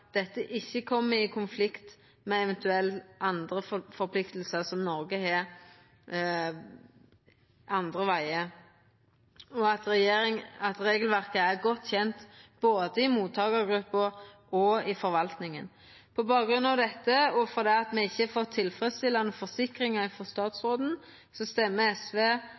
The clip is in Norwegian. dette ikkje kjem i konflikt med eventuelle andre forpliktingar som Noreg har andre vegen, og at regelverket er godt kjent både i mottakargruppa og i forvaltninga. På bakgrunn av dette og fordi me ikkje har fått tilfredsstillande forsikringar frå statsråden, fremjar SV